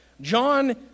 John